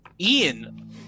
Ian